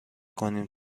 کنیم